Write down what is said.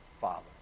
Father